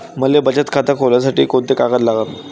मले बचत खातं खोलासाठी कोंते कागद लागन?